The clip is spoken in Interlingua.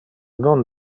non